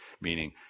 meaning